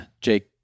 Jake